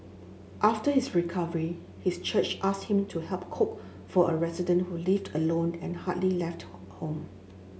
after his recovery his church asked him to help cook for a resident who lived alone and hardly left home